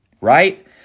right